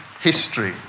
history